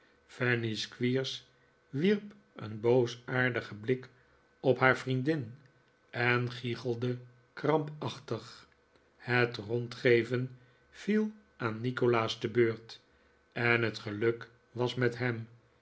fanny squeers wierp een boosaardigen blik op haar vriendin en gichelde krampachtig het rondgeven viel aan nikolaas te beurt en het geluk was met hem